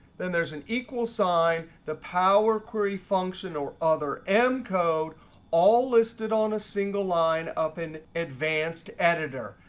then there's an equal sign, the power query function or other m code all listed on a single line up in advanced editor.